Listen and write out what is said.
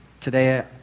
today